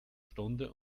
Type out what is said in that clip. stunde